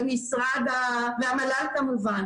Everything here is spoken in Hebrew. מהמל"ל כמובן,